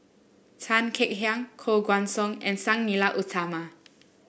Tan Kek Hiang Koh Guan Song and Sang Nila Utama